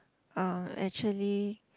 um actually